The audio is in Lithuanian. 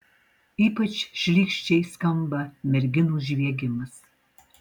ypač šlykščiai skamba merginų žviegimas